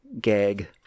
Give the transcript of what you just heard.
gag